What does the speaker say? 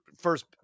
first